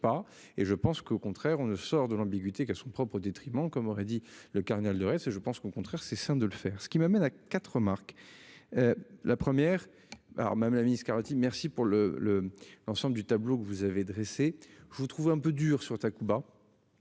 et je pense qu'au contraire on ne sort de l'ambiguïté qu'elles sont propres détriment comme aurait dit le cardinal de Retz, c'est je pense qu'au contraire c'est sain de le faire. Ce qui m'amène à quatre remarque. La première alors Madame la Ministre Carlotti merci pour le le l'ensemble du tableau que vous avez dressé. Vous trouvez un peu dur sur Takuba.